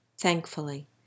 thankfully